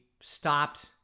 stopped